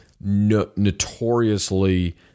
notoriously